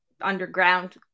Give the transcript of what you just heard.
underground